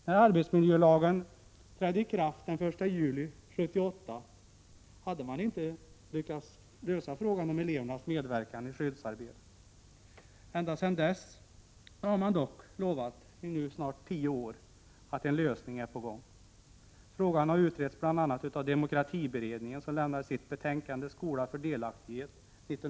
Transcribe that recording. När arbetsmiljölagen trädde i kraft den 1 juli 1978 hade man inte lyckats lösa frågan om elevernas medverkan i skyddsarbetet. Ända sedan dess, i snart tio år, har man dock lovat att en lösning är på gång. Frågan har utretts av bl.a. demokratiberedningen, som 1985 lämnade sitt betänkande Skola för delaktighet.